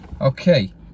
Okay